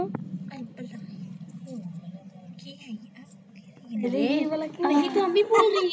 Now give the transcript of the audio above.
क्या मैं अपना बैंक बैलेंस ऑनलाइन चेक कर सकता हूँ?